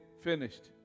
finished